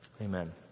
Amen